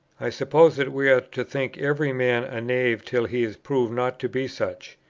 i suppose that we are to think every man a knave till he is proved not to be such.